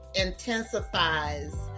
intensifies